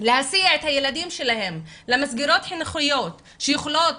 להסיע את הילדים שלהן למסגרות חינוכיות שיכולות